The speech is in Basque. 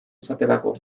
esaterako